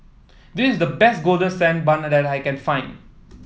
this is the best Golden Sand Bun that I can find